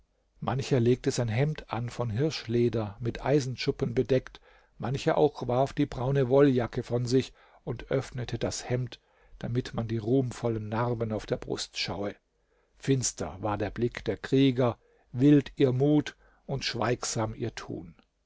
mancher legte sein hemd an von hirschleder mit eisenschuppen bedeckt mancher auch warf die braune wolljacke von sich und öffnete das hemd damit man die ruhmvollen narben auf der brust schaue finster war der blick der krieger wild ihr mut und schweigsam ihr tun